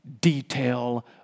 detail